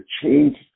change